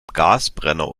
gasbrenner